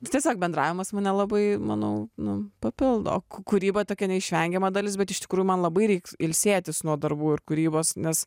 bet tiesiog bendravimas mane labai manau nu papildo kūryba tokia neišvengiama dalis bet iš tikrųjų man labai reiks ilsėtis nuo darbų ir kūrybos nes